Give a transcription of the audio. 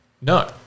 No